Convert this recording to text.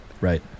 Right